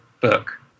book